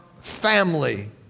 family